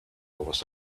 was